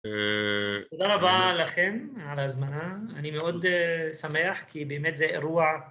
תודה רבה לכם על ההזמנה, אני מאוד שמח כי באמת זה אירוע